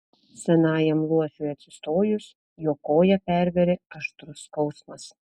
senajam luošiui atsistojus jo koją pervėrė aštrus skausmas